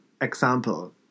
example